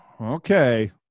Okay